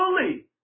fully